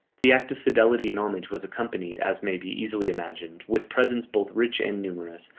the act of fidelity and homage was accompanied, as may be easily imagined, with presents both rich and numerous,